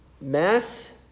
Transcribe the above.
mass